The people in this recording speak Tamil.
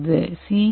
இந்த சி